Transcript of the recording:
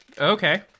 Okay